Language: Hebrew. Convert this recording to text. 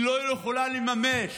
היא לא יכולה לממש.